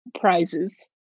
prizes